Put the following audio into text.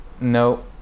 No